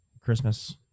Christmas